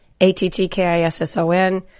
A-T-T-K-I-S-S-O-N